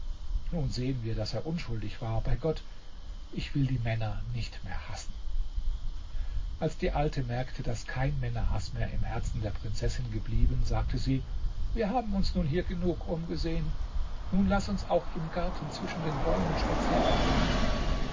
nun sehen wir daß er unschuldig war bei gott ich will die männer nicht mehr hassen als die alte merkte daß kein männerhaß mehr im herzen der prinzessin geblieben sagte sie wir haben uns nun hier genug umgesehen nun laß uns auch im garten zwischen den bäumen spazieren gehen